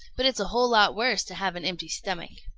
but it's a whole lot worse to have an empty stomach.